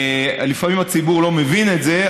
לפעמים הציבור לא מבין את זה,